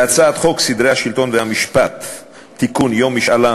בהצעת חוק סדרי השלטון והמשפט (ביטול החלת המשפט,